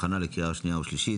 הכנה לקריאה שניה ושלישית.